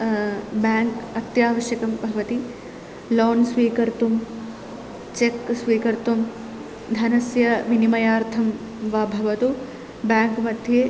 bank अत्यावश्यकं भवति loan स्वीकर्तुं चेक् स्वीकर्तुं धनस्य विनिमयार्थं वा भवतु बेङ्क् मध्ये